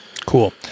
Cool